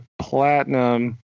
platinum